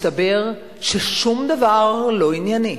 מסתבר ששום דבר לא ענייני.